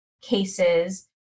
cases